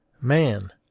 man